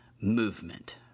Movement